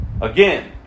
again